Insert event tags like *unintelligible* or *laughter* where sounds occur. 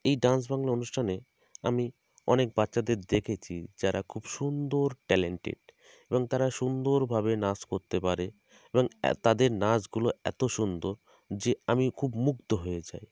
এই ডান্স বাংলা অনুষ্ঠানে আমি অনেক বাচ্চাদের দেখেছি যারা খুব সুন্দর ট্যালেন্টেড এবং তারা সুন্দরভাবে নাচ করতে পারে এবং *unintelligible* তাদের নাচগুলো এত সুন্দর যে আমি খুব মুগ্ধ হয়ে যাই